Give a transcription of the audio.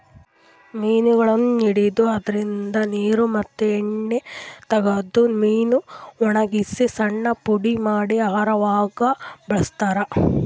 ಮೀನಗೊಳನ್ನ್ ಹಿಡದು ಅದ್ರಿನ್ದ ನೀರ್ ಮತ್ತ್ ಎಣ್ಣಿ ತಗದು ಮೀನಾ ವಣಗಸಿ ಸಣ್ಣ್ ಪುಡಿ ಮಾಡಿ ಆಹಾರವಾಗ್ ಬಳಸ್ತಾರಾ